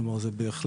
כלומר זה בהחלט